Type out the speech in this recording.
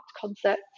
concepts